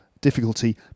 difficulty